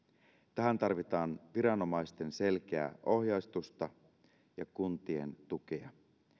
tähän tarvitaan viranomaisten selkeää ohjeistusta ja kuntien tukea